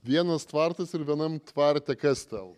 vienas tvartas ir vienam tvarte kas ten